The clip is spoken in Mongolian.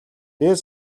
дээд